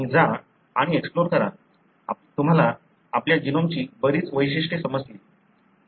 तुम्ही जा आणि एक्सप्लोर करा तुम्हाला आपल्या जीनोमची बरीच वैशिष्ट्ये समजतील